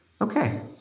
Okay